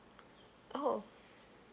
oh